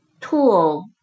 tool